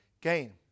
gain